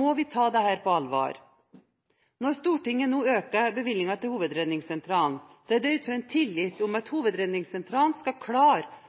må vi ta dette på alvor. Når Stortinget nå øker bevilgningene til Hovedredningssentralen, er det ut ifra en tillit til at Hovedredningssentralen skal klare